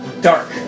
dark